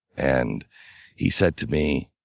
and he said to me